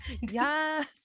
yes